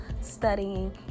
studying